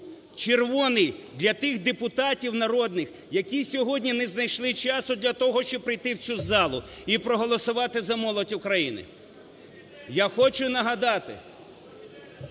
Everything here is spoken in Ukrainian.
Червоний для тих депутатів народних, які сьогодні не знайшли часу для того, щоб прийти в цю залу і проголосувати за молодь України. Я хочу нагадати…